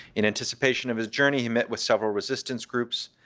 in anticipation of his journey, he met with several resistance groups,